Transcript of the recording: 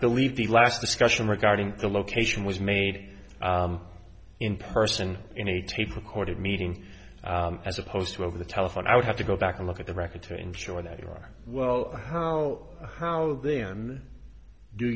believe the last discussion regarding the location was made in person in a tape recorded meeting as opposed to over the telephone i would have to go back and look at the record to ensure that you are well on how how then do